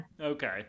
Okay